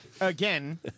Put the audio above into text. Again